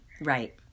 right